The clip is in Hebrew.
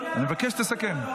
אני מבקש שתסכם.